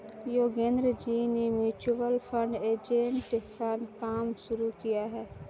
योगेंद्र जी ने mutual fund agent का काम शुरू किया है